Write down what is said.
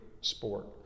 sport